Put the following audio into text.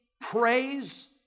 praise